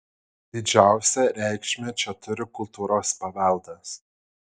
didžiausią reikšmę čia turi kultūros paveldas